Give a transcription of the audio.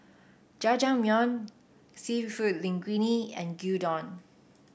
Jajangmyeon seafood Linguine and Gyudon